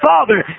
Father